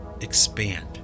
expand